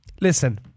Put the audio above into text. Listen